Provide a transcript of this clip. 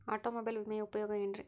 Automobile ವಿಮೆಯ ಉಪಯೋಗ ಏನ್ರೀ?